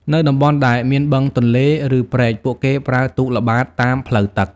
នៅតំបន់ដែលមានបឹង ទន្លេ ឬព្រែក ពួកគេប្រើទូកល្បាតតាមផ្លូវទឹក។